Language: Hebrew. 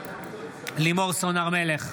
לימור סון הר מלך,